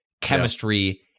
chemistry